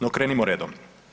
No, krenimo redom.